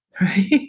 Right